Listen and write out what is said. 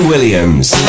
Williams